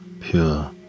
pure